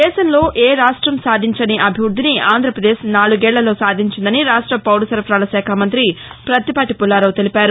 దేశంలో ఏ రాష్టం సాధించని అభివృద్దిని ఆంధ్రపదేశ్ నాలుగేళ్లలో సాధించిందని రాష్ట పౌర సరఫరాల శాఖామంతి పత్తిపాటి పుల్లారావు తెలిపారు